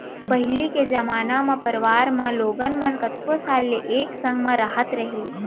पहिली के जमाना म परवार म लोगन मन कतको साल ल एके म रहत रहें